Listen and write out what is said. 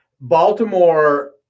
Baltimore